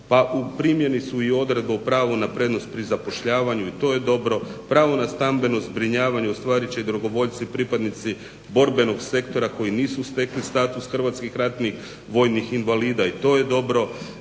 Pa u primjeni su i odredba o pravu na prednost pri zapošljavanju i to je dobro, pravo na stambeno zbrinjavanje ostvarit će dragovoljci pripadnici borbenog sektora koji nisu stekli status hrvatskih ratnih vojnih invalida i to je dobro.